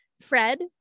Fred